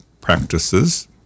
practices